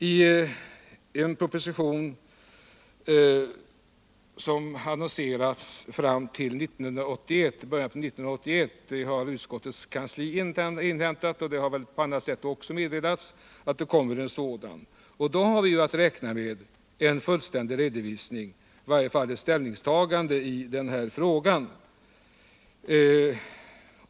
I den proposition som annonserats till början av 1981 — uppgiften att den skall komma då har inhämtats av utskottskansliet, och det har väl också meddelats på annat sätt — kan vi räkna med att få en fullständig redovisning av den här frågan.